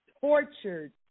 tortured